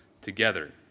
together